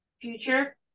Future